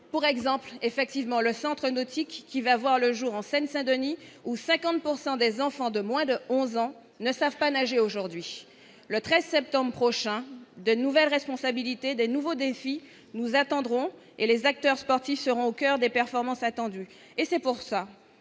pour exemple effectivement le centre nautique qui va voir le jour en Seine-Saint-Denis où 50 pourcent des des enfants de moins de 11 ans ne savent pas nager aujourd'hui le 13 septembre prochain de nouvelles responsabilités de nouveaux défis, nous attendrons et les acteurs sportifs seront au coeur des performances attendues et c'est pour ça,